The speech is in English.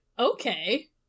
Okay